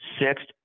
Sixth